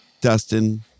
Dustin